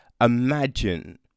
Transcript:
imagine